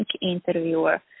interviewer